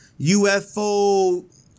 UFO